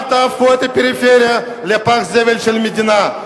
אל תהפכו את הפריפריה לפח הזבל של המדינה.